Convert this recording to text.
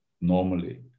normally